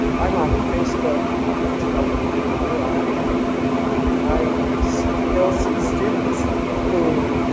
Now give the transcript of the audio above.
i'm on facebook as probably many of you are and i still see students who